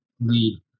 lead